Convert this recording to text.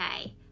okay